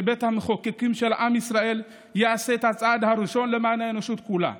שבית המחוקקים של עם ישראל יעשה את הצעד הראשון למען האנושות כולה,